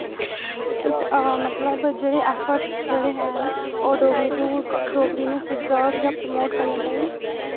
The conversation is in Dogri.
इत मतलब जेह्ड़े एफ्फर्ट्स जेह्ड़े हैन ओ डोगरी नू प्रिसर्व जां प्रमोट करने लेई